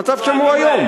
המצב שם איום.